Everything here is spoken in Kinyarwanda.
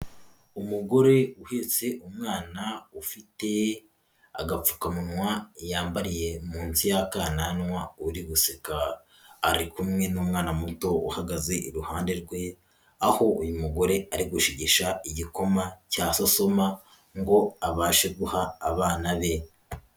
Umugore uhetse umwana ufite agapfukamunwa yambariye munsi y'akananwa uri guseka, ari kumwe n'umwana muto uhagaze iruhande rwe, aho uyu mugore ari gushigisha igikoma cya sosoma ngo abashe guha abana be.